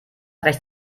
recht